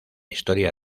historia